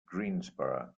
greensboro